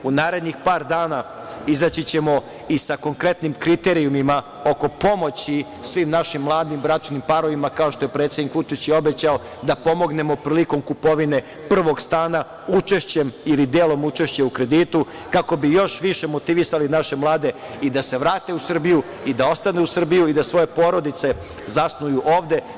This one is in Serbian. U narednih par dana ćemo izaći i sa konkretnim kriterijumima oko pomoći svim našim mladim bračnim parovima kao što je predsednik Vučić i obećao, da pomognemo prilikom kupovine prvog stana, učešćem ili delom učešća u kreditu, kako bi još više motivisali naše mlade da se vrate u Srbiju, da ostanu u Srbiji i da svoje porodice zasnuju ovde.